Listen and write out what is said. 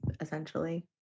essentially